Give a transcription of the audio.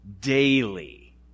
daily